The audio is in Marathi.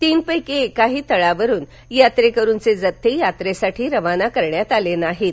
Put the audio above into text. तीन पैकी काही तळावरून यात्रेकरूंचे जत्थे यात्रेसाठी रवाना करण्यात आले नाहीत